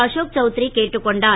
அசோக் சவுத்ரி கேட்டுக் கொண்டார்